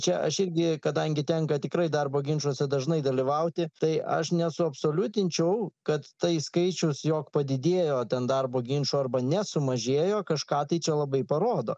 čia aš irgi kadangi tenka tikrai darbo ginčuose dažnai dalyvauti tai aš nesuabsoliutinčiau kad tai skaičius jog padidėjo ten darbo ginčų arba nesumažėjo kažką tai čia labai parodo